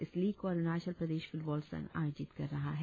इस लीग को अरुणाचल प्रदेश फुटबॉल संघ आयोजित कर रहा है